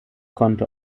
konnte